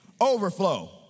overflow